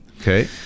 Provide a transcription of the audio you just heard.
Okay